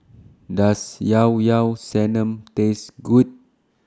Does Llao Llao Sanum Taste Good